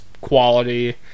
quality